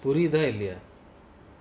புரியுதாஇல்லையா:puriutha illaya